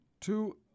two